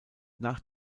nach